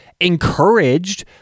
encouraged